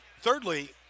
thirdly